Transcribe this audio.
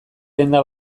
denda